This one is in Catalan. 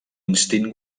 instint